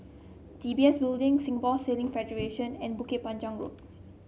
D B S Building Singapore Sailing Federation and Bukit Panjang Road